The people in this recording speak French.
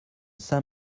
saint